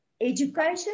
education